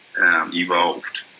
evolved